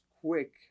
quick